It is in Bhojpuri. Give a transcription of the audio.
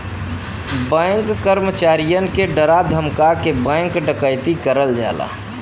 बैंक कर्मचारियन के डरा धमका के बैंक डकैती करल जाला